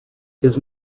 his